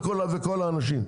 וכל האנשים.